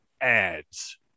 ads